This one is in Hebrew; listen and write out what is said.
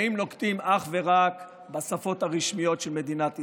האם נוקטים אך ורק בשפות הרשמיות של מדינת ישראל?